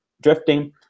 drifting